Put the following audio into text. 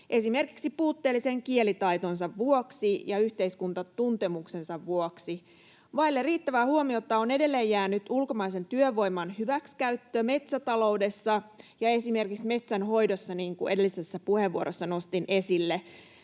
esimerkiksi puutteellisen kielitaitonsa vuoksi ja yhteiskuntatuntemuksensa vuoksi. Vaille riittävää huomiota on edelleen jäänyt ulkomaisen työvoiman hyväksikäyttö metsätaloudessa ja esimerkiksi metsän hoidossa, niin kuin edellisessä puheenvuorossa nostin esille.